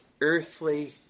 earthly